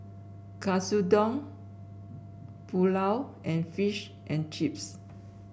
Katsudon Pulao and Fish and Chips